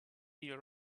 deal